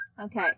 Okay